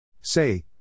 Say